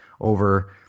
over